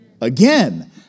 again